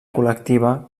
col·lectiva